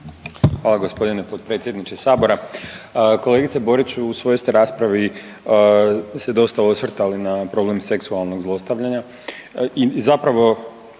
Hvala g. potpredsjedniče Sabora. Kolegice Borić u svojoj ste raspravi se dosta osvrtali na problem seksualnog zlostavljanja